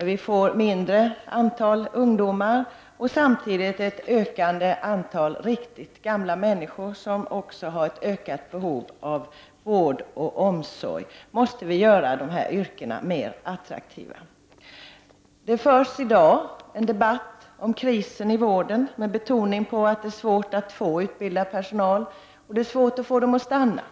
med ett mindre antal ungdomar och samtidigt ett ökande antal riktigt gamla människor, som också har ett ökat behov av vård och omsorg, måste vi göra vårdyrkena mer attraktiva. Det förs i dag en debatt om krisen i vården, och betoningen i debatten ligger på svårigheten att få utbildad personal och att få den att stanna.